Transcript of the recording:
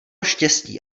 štěstí